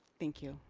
thank you.